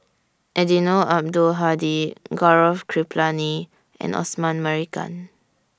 Eddino Abdul Hadi Gaurav Kripalani and Osman Merican